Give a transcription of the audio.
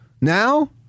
now